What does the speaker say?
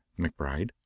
McBride